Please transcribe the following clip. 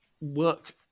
work